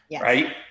right